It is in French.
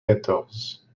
quatorze